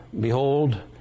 behold